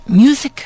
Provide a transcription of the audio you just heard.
music